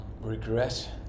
regret